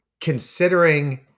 considering